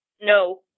No